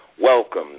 welcome